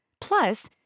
Plus